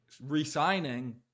resigning